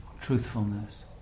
truthfulness